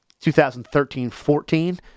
2013-14